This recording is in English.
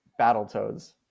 Battletoads